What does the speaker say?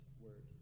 word